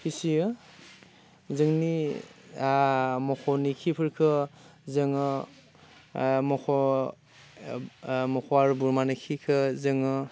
फिसियो जोंनि मोसौनि खिफोरखौ जोङो मोसौ आरो बोरमानि खिखौ जोङो